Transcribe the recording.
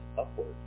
upward